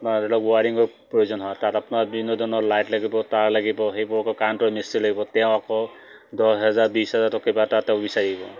ধৰি লওক ৱাৰিঙৰ প্ৰয়োজন হয় তাত আপোনাৰ বিভিন্ন ধৰণৰ লাইট লাগিব তাঁৰ লাগিব সেইবোৰ আকৌ কাৰেণ্টৰ মিষ্ট্ৰী লাগিব তেওঁ আকৌ দহ হাজাৰ বিছ হাজাৰ টকা বা কিবা এটা তেওঁ বিচাৰিব